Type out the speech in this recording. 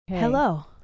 hello